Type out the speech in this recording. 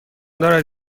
دارد